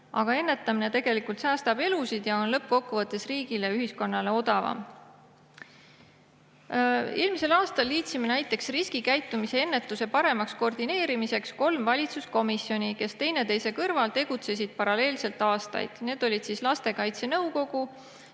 aga ennetamine tegelikult säästab elusid ja on lõppkokkuvõttes riigile ja ühiskonnale odavam. Eelmisel aastal liitsime näiteks riskikäitumise ennetuse paremaks koordineerimiseks kolm valitsuskomisjoni, kes teineteise kõrval tegutsesid paralleelselt aastaid. Need olid lastekaitse nõukogu,